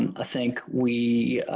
um think we